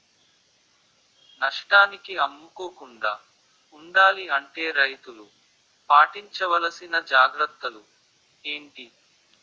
నష్టానికి అమ్ముకోకుండా ఉండాలి అంటే రైతులు పాటించవలిసిన జాగ్రత్తలు ఏంటి